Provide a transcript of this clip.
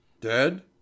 Dead